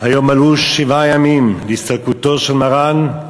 היום מלאו שבעה ימים להסתלקותו של מרן,